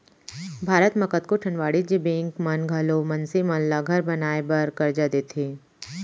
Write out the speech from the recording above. भारत म कतको ठन वाणिज्य बेंक मन घलौ मनसे मन ल घर बनाए बर करजा देथे